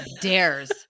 dares